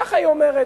ככה היא אומרת.